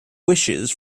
wishes